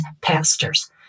pastors